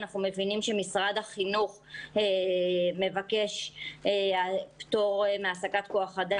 אנחנו מבינים שמשרד החינוך מבקש פתור מהעסקת כוח אדם.